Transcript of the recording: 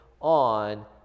on